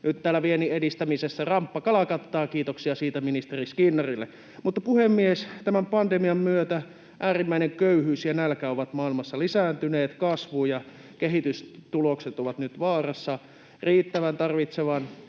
Nyt täällä viennin edistämisessä ramppa kalkattaa — kiitoksia siitä ministeri Skinnarille. Puhemies! Tämän pandemian myötä äärimmäinen köyhyys ja nälkä ovat maailmassa lisääntyneet, ja kasvu- ja kehitystulokset ovat nyt vaarassa. Riittävän ravitsevan